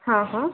हां हां